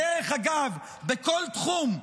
דרך אגב, בכל תחום,